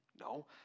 No